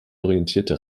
orientierte